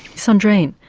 sandrine.